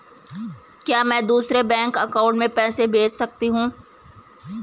क्या मैं दूसरे बैंक अकाउंट में पैसे भेज सकता हूँ?